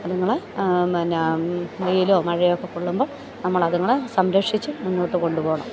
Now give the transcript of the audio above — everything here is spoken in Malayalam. അതുങ്ങളെ പിന്നെ വെയിലോ മഴയോ ഒക്കെ കൊള്ളുമ്പോൾ നമ്മൾ അതുങ്ങളെ സംരക്ഷിച്ചു മുന്നോട്ട് കൊണ്ടു പോകണം